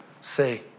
say